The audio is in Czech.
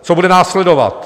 Co bude následovat?